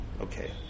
Okay